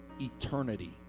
eternity